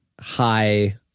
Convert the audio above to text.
high